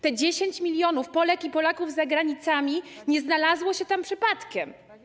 Te 10 mln Polek i Polaków za granicami nie znalazło się tam przypadkiem.